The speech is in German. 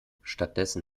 stattdessen